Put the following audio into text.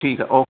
ਠੀਕ ਆ ਓ